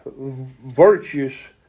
virtues